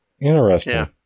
Interesting